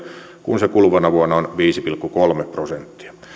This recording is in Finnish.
kun se kuluvana vuonna on viisi pilkku kolme prosenttia